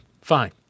fine